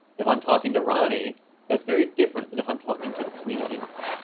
if i'm talking to ronnie that's very different than if i'm talking to the queen of england.